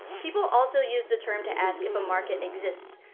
people also use the term to ask if a market exists,